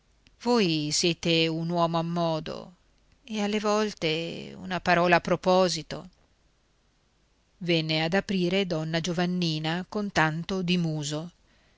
voi siete un uomo ammodo e alle volte una parola a proposito venne ad aprire donna giovannina con tanto di muso